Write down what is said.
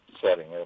setting